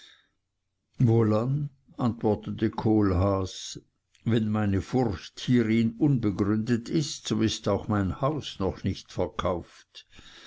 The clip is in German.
wohlan antwortete kohlhaas wenn meine furcht hierin ungegründet ist so ist auch mein haus noch nicht verkauft